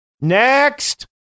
Next